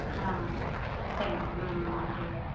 হ্যাঁ thank you হ্যাঁ হ্যাঁ হ্যাঁ ঠিক আছে